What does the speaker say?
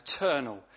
eternal